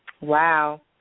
Wow